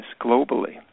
globally